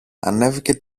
ανέβηκε